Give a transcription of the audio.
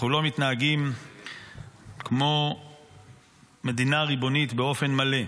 אנחנו לא מתנהגים כמו מדינה ריבונית באופן מלא,